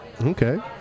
Okay